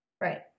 Right